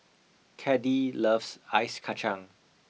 Caddie loves ice kachang